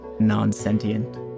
non-sentient